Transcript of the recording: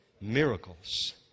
Miracles